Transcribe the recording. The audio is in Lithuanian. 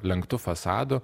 lenktu fasadu